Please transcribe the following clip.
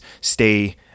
stay